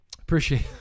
Appreciate